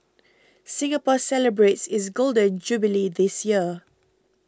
Singapore celebrates its Golden Jubilee this year